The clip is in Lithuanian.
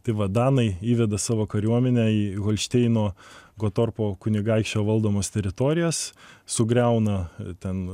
tai vat danai įveda savo kariuomenę į holšteino gotorpo kunigaikščių valdomas teritorijas sugriauna ten